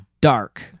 dark